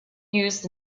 used